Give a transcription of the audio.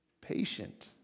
patient